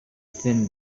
thin